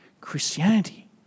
Christianity